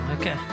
Okay